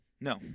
No